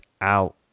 out